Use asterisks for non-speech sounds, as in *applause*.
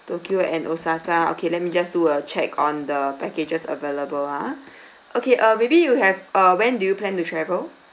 tokyo and osaka okay let me just do a check on the packages available ah *breath* okay uh maybe you have uh when do you plan to travel